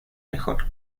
mejor